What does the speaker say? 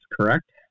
correct